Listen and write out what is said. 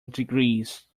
degrees